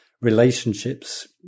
relationships